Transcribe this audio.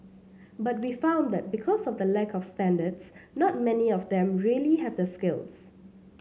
but we have found that because of the lack of standards not many of them really have the skills